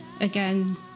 Again